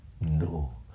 No